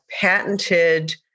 patented